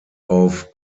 auf